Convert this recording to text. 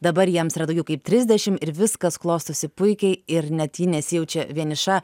dabar jiems yra daugiau kaip trisdešim ir viskas klostosi puikiai ir net ji nesijaučia vieniša